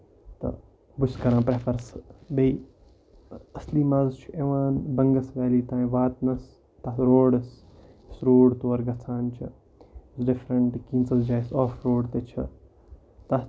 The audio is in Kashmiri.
تہٕ بہٕ چھُس کران پریفر بیٚیہِ اَصلی منٛز چھُ یِوان بنگس ویلی تانۍ واتنس تَتھ روڈس یُس روڈ تور گژھان چھُ ڈِفرنٹ کِیٖنٛژن جاین آف روڈ تہِ چھُِ تَتھ